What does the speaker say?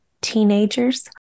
teenagers